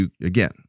again